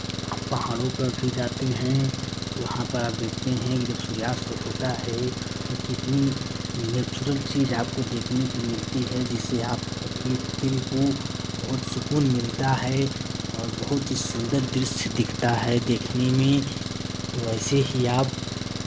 आप पहाड़ों पर भी जाते हैं तो वहाँ पर आप देखते हैं कि जब सूर्यास्त होता है तो कितनी नेचुरल चीज़ आपको देखने की मिलती है जिसे आप अपने दिल को बहुत सुकून मिलता है और बहुत ही सुन्दर दृश्य दिखता है देखने में तो ऐसे ही आप